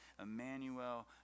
Emmanuel